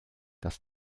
das